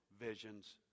visions